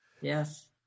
yes